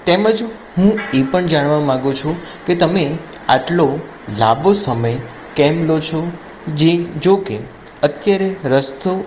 તેમજ હું એ પણ જાણવા માગું છું કે તમે આટલો લાંબો સમય કેમ લો છો જે જો કે અત્યારે રસ્તો